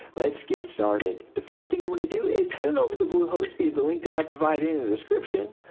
let's get started. the first thing you want to do is head on over to bluehost via the link that i provided in the description.